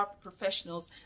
professionals